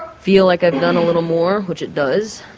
feel like i've done a little more which it does